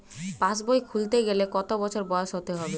পাশবই খুলতে গেলে কত বছর বয়স হতে হবে?